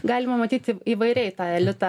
galima matyti įvairiai tą elitą